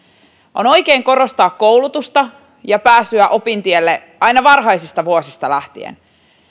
on oikein korostaa koulutusta ja pääsyä opintielle aina varhaisista vuosista lähtien